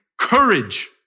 courage